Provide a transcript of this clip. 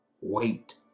wait